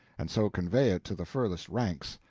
and so convey it to the furthest ranks,